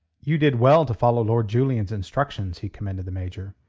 you did well to follow lord julian's instructions, he commended the major.